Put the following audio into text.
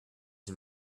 him